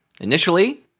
Initially